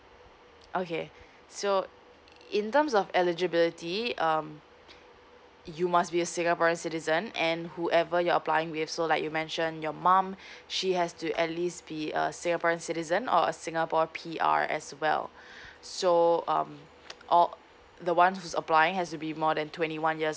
okay so in terms of eligibility um you must be a singaporean citizen and whoever you're applying with so like you mention your mum she has to at least be a singaporean citizen or a singapore P R as well so um or the one who's applying has to be more than twenty one years